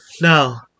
Now